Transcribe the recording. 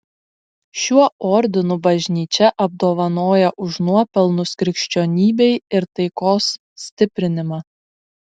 šiuo ordinu bažnyčia apdovanoja už nuopelnus krikščionybei ir taikos stiprinimą